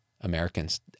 Americans